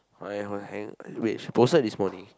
why why hang wait she posted this morning